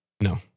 No